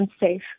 unsafe